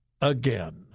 again